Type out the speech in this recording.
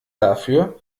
dafür